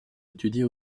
étudier